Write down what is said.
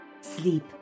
sleep